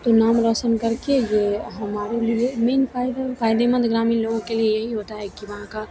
तो नाम रौशन करके ये हमारे लिए मीन फायदा फायदेमंद ग्रामीण लोगों के लिए यही होता है कि वहाँ का